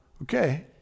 Okay